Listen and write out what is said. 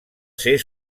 ser